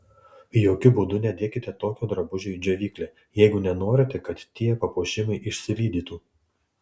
jokiu būdu nedėkite tokio drabužio į džiovyklę jeigu nenorite kad tie papuošimai išsilydytų